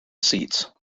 seats